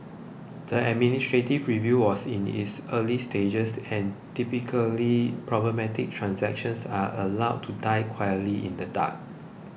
the administrative review was in its early stages and typically problematic transactions are allowed to die quietly in the dark